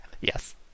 yes